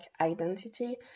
identity